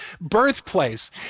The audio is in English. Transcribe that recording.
birthplace